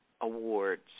Awards